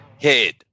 head